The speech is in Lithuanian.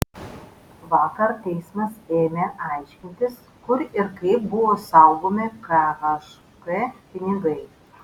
vakar teismas ėmė aiškintis kur ir kaip buvo saugomi khk pinigai